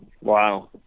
Wow